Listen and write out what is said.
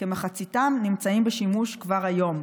כמחציתם נמצאים בשימוש כבר היום.